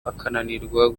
akananirwa